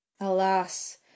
Alas